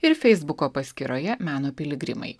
ir feisbuko paskyroje meno piligrimai